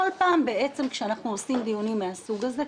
כל פעם כשאנחנו עורכים דיונים מן הסוג הזה,